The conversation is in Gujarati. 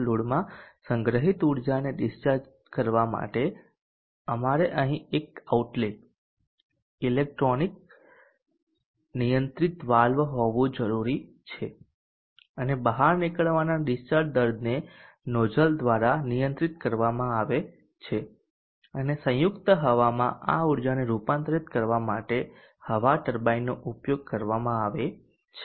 લોડમાં સંગ્રહિત ઉર્જાને ડીસ્ચાર્જ કરવા માટે અમારે અહીં એક આઉટલેટ ઇલેક્ટ્રોનિકલી નિયંત્રિત વાલ્વ હોવું જરૂરી છે અને બહાર નીકળવાના ડીસ્ચાર્જ દરને નોઝલ દ્વારા નિયંત્રિત કરવામાં આવે છે અને સંયુક્ત હવામાં આ ઊર્જાને રૂપાંતરિત કરવા માટે હવા ટર્બાઇનનો ઉપયોગ કરવામાં આવે છે